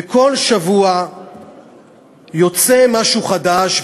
וכל שבוע יוצא משהו חדש,